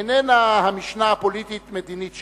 איננה המשנה הפוליטית-מדינית שלו.